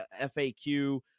FAQ